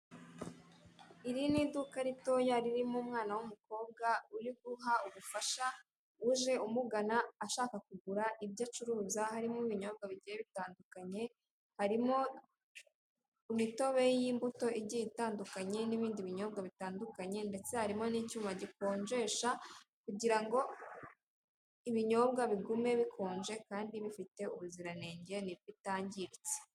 Iri ni iduka ritoya ririmo umwana w'umukobwa uriguha ubufasha uje umugana ashaka kugura ibyo acuruza harimo ibinyobwa bigiye bitandukanye, harimo imitobe y'imbuto igiye itandukanye n'ibindi binyobwa bitandukanye ndetse harimo n'icyuma gikonjesha kugirango ibinyobwa bigume bikonje kandi bifite ubuziranenge bitangiritse.